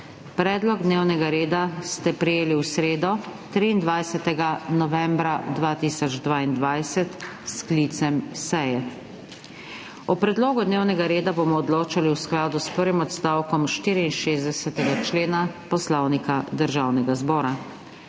Predlog dnevnega reda ste prejeli v sredo, 23. novembra 2022, s sklicem seje. O predlogu dnevnega reda bomo odločali v skladu s prvim odstavkom 64. člena Poslovnika Državnega zbora.